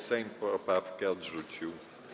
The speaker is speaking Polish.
Sejm poprawkę odrzucił.